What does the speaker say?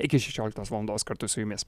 iki šešioliktos valandos kartu su jumis